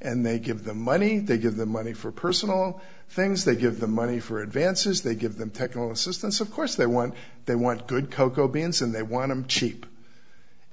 and they give them money they give them money for personal things they give them money for advances they give them technical assistance of course they want they want good cocoa beans and they want to cheap